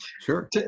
Sure